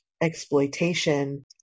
exploitation